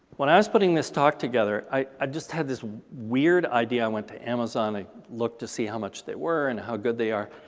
when i was putting this talk together, i just had this weird idea. i went to amazon, i looked to see how much they were and how good they are.